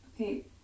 Okay